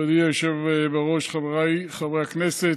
מכובדי היושב בראש, חבריי חברי הכנסת,